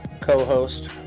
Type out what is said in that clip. co-host